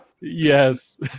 Yes